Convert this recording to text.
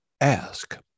ask